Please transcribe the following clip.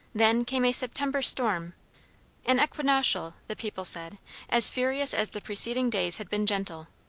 then came a september storm an equinoctial, the people said as furious as the preceding days had been gentle.